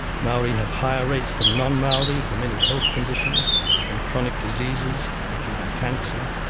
maori have higher rates than non-maori for many health conditions and chronic diseases, including cancer,